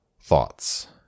thoughts